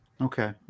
okay